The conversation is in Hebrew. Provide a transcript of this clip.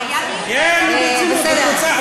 היה דיון נהדר, יעל, נו, ברצינות.